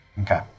Okay